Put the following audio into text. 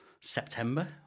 September